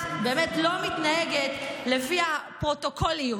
את באמת לא מתנהגת לפי הפרוטוקוליות,